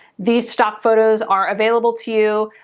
these stock photos are available to you.